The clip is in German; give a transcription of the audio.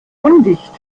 undicht